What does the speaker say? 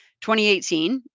2018